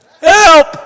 Help